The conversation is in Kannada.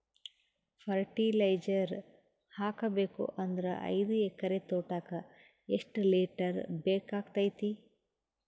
ಫರಟಿಲೈಜರ ಹಾಕಬೇಕು ಅಂದ್ರ ಐದು ಎಕರೆ ತೋಟಕ ಎಷ್ಟ ಲೀಟರ್ ಬೇಕಾಗತೈತಿ?